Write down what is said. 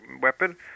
weapon